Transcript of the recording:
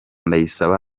ndayisaba